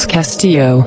Castillo